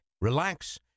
relax